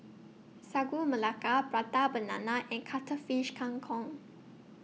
Sagu Melaka Prata Banana and Cuttlefish Kang Kong